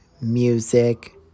music